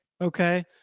Okay